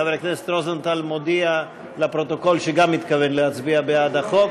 חבר הכנסת רוזנטל מודיע לפרוטוקול שגם הוא התכוון להצביע בעד החוק.